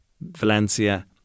Valencia